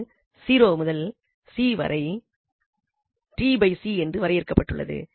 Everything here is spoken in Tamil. அது 0 முதல் c வரை tc என்று வரையறுக்கப்பட்டுள்ளது